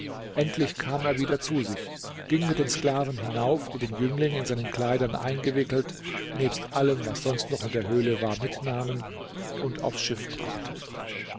endlich kam er wieder zu sich ging mit den sklaven hinauf die den jüngling in seinen kleidern eingewickelt nebst allem was sonst noch in der höhle war mitnahmen und aufs schiff brachten